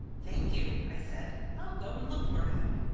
thank you, i said. i'll go and look for him.